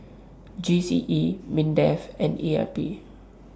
G C E Mindef and E R P